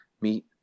meet